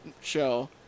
show